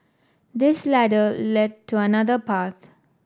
this ladder lead to another path